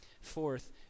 Fourth